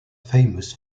famous